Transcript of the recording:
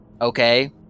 Okay